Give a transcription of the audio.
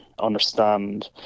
understand